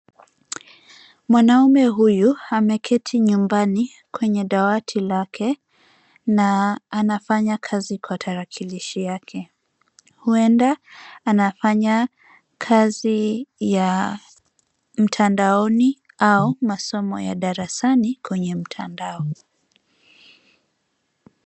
Mwanaume huyu ameketi nyumbani kwenye dawati lake na anafanya kazi kwa tarakilishi yake. Huenda anafanya kazi ya mtandaoni au masomo ya darasani kwenye mtandao.